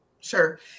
sure